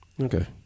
Okay